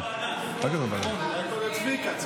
נכון, אולי קודם צביקה.